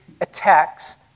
attacks